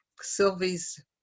sylvie's